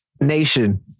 Nation